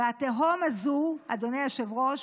והתהום הזאת, אדוני היושב-ראש,